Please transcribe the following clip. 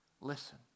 listen